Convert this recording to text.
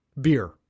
Beer